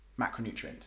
macronutrient